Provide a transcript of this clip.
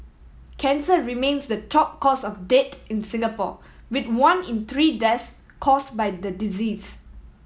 cancer remains the top cause of death in Singapore with one in three deaths caused by the disease